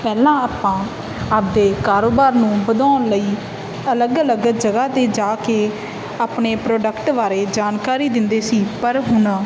ਪਹਿਲਾਂ ਆਪਾਂ ਆਪਦੇ ਕਾਰੋਬਾਰ ਨੂੰ ਵਧਾਉਣ ਲਈ ਅਲੱਗ ਅਲੱਗ ਜਗ੍ਹਾ 'ਤੇ ਜਾ ਕੇ ਆਪਣੇ ਪ੍ਰੋਡਕਟ ਬਾਰੇ ਜਾਣਕਾਰੀ ਦਿੰਦੇ ਸੀ ਪਰ ਹੁਣ